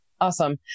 Awesome